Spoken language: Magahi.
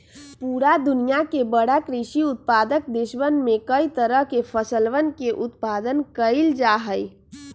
पूरा दुनिया के बड़ा कृषि उत्पादक देशवन में कई तरह के फसलवन के उत्पादन कइल जाहई